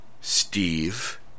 Steve